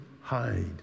hide